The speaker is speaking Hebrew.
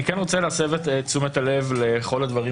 אני כן רוצה להסב את תשומת הלב לכל הדברים